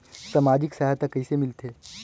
समाजिक सहायता कइसे मिलथे?